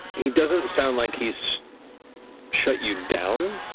he doesn't sound like he's shut you down.